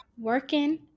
working